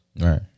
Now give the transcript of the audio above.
Right